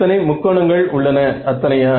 எத்தனை முக்கோணங்கள் உள்ளன அத்தனையா